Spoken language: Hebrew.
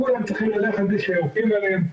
כולם צריכים ללכת בלי שיורקים עליהם,